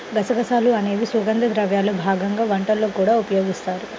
గసగసాలు అనేవి సుగంధ ద్రవ్యాల్లో భాగంగా వంటల్లో కూడా ఉపయోగిస్తారు